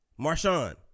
Marshawn